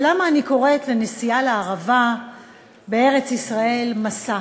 ולמה אני קוראת לנסיעה לערבה בארץ-ישראל "מסע"?